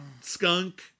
skunk